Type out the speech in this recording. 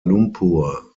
lumpur